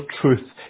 truth